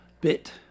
bit